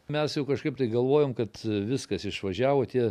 mes jau kažkaip tai galvojom kad viskas išvažiavo tie